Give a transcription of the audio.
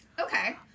Okay